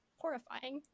horrifying